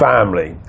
family